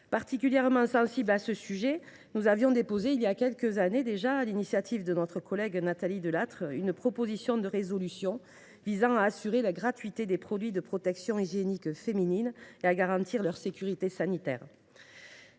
Particulièrement sensibles à ce sujet, nous avions déposé, il y a quelques années déjà, sur l’initiative de notre collègue Nathalie Delattre, une proposition de résolution visant à assurer la gratuité des produits de protection hygiénique féminine et à garantir leur sécurité sanitaire.